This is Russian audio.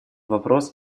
вопрос